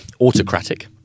autocratic